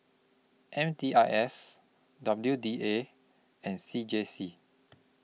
M D I S W D A and C J C